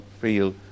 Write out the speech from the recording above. feel